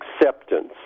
acceptance